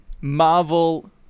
Marvel